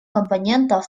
компонентов